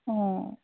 অঁ